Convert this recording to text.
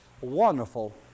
wonderful